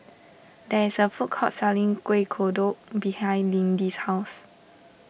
there is a food court selling Kuih Kodok behind Lindy's house